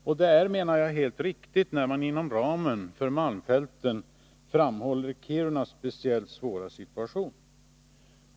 Och det är helt riktigt när man inom ramen för malmfälten framhåller Kirunas speciellt svåra situation.